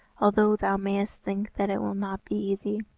although thou mayest think that it will not be easy.